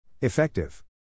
Effective